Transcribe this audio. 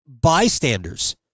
bystanders